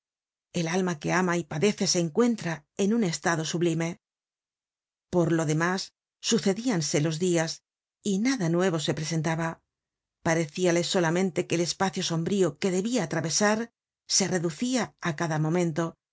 el alma que ama y padece se encuentra en un estado sublime por lo demás sucedíanse los dias y nada nuevo se presentaba parecíale solamente que el espacio sombrío que debia atravesar se reducia á cada momento